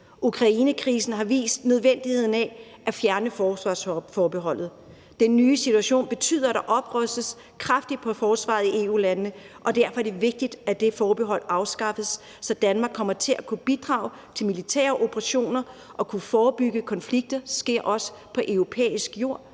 Ukrainekrisen har vist nødvendigheden af at fjerne forsvarsforbeholdet. Den nye situation betyder, at der oprustes kraftigt på forsvaret i EU-landene, og derfor er det vigtigt, at det forbehold afskaffes, så Danmark kommer til at kunne bidrage til militære operationer og kunne forebygge, at konflikter også sker på europæisk jord,